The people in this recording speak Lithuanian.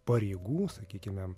pareigų sakykime